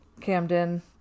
Camden